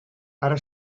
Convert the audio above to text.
ara